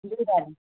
जी दादी